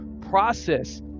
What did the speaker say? process